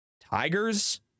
Tigers